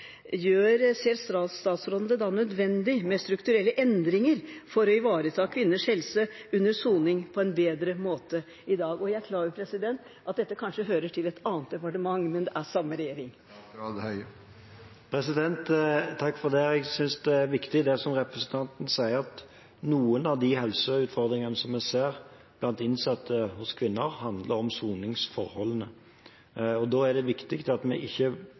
statsråden det nødvendig med strukturelle endringer for å ivareta kvinners helse under soning på en bedre måte i dag? Jeg er klar over, president, at dette kanskje hører til et annet departement, men det er samme regjering. Jeg synes det er viktig det representanten sier, at noen av de helseutfordringene som vi ser blant innsatte, hos kvinner, handler om soningsforholdene. Da er det viktig at vi ikke